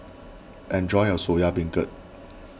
enjoy your Soya Beancurd